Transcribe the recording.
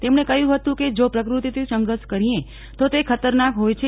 તેમને કહ્યું હતું કે જો પ્રકૃત્તિથી સંઘર્ષ કરીએ તો તે ખતરનાક હોય છે